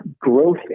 Growth